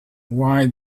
why